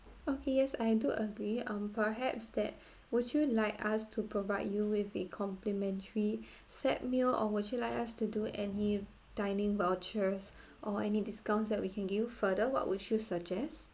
okay yes I do agree um perhaps that would you like us to provide you with a complimentary set meal or would you like us to do any dining vouchers or any discounts that we can give you further what would you suggest